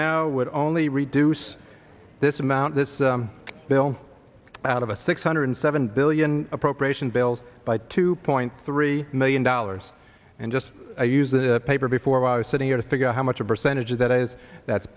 would only reduce this amount this bill out of a six hundred seven billion in appropriation bills by two point three million dollars and just use the paper before i was sitting here to figure out how much a percentage of that is that's